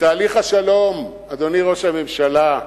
ותהליך השלום, אדוני ראש הממשלה,